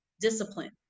discipline